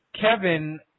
Kevin